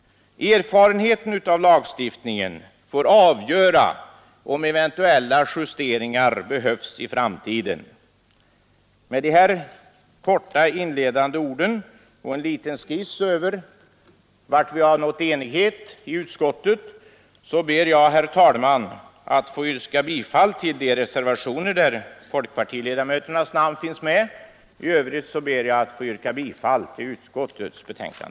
Erfarenheten av lagstiftningen får avgöra om eventuella justeringar behövs i framtiden. Med de här få inledande orden och en liten skiss över hur långt vi har nått enighet i utskottet ber jag, herr talman, att få yrka bifall till de reservationer där folkpartiledamöternas namn finns med. I övrigt yrkar jag bifall till utskottets hemställan.